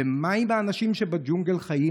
ומה עם האנשים שבג'ונגל חיים?